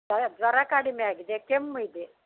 ಅದೆ ಜ್ವರ ಕಡಿಮೆ ಆಗಿದೆ ಕೆಮ್ಮು ಇದೆ